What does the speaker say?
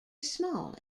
smallest